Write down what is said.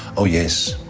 oh yes,